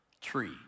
tree